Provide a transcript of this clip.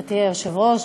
גברתי היושבת-ראש,